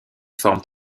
forment